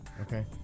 okay